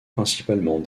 principalement